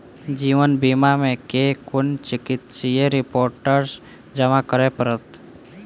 जीवन बीमा मे केँ कुन चिकित्सीय रिपोर्टस जमा करै पड़त?